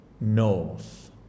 north